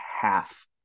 half